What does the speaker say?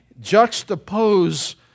juxtapose